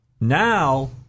now